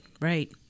Right